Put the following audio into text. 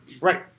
right